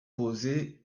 posé